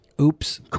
Oops